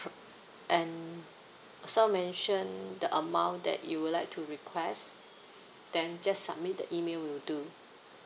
and also mention the amount that you would like to request then just submit the email will do